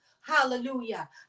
Hallelujah